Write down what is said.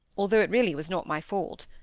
although it really was not my fault.